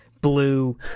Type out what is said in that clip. blue